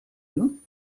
you